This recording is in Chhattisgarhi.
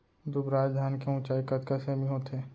दुबराज धान के ऊँचाई कतका सेमी होथे?